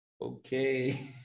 Okay